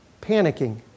panicking